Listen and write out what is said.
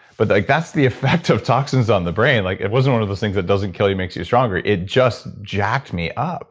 but like that's the effect of toxins on the brain. like it wasn't one of those things that doesn't kill you, makes you stronger. it just jacked me up